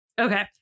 Okay